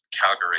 Calgary